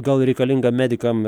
gal reikalinga medikam